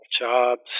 jobs